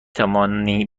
توانی